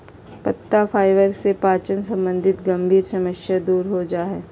पत्ता फाइबर से पाचन संबंधी गंभीर समस्या दूर हो जा हइ